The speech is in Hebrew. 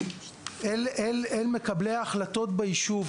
אל מקבלי ההחלטות ביישוב,